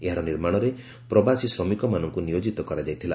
ଏହାର ନିର୍ମାଣରେ ପ୍ରବାସୀ ଶ୍ରମିକମାନଙ୍କୁ ନିୟୋଜିତ କରାଯାଇଥିଲା